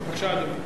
בבקשה, אדוני.